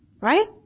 Right